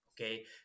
okay